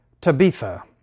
Tabitha